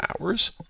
hours